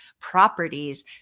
properties